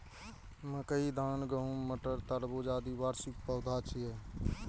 मकई, धान, गहूम, मटर, तरबूज, आदि वार्षिक पौधा छियै